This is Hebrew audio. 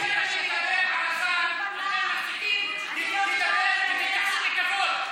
הוא פנה אליי, ותתייחסו בכבוד.